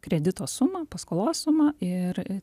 kredito sumą paskolos sumą ir